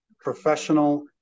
professional